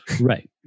Right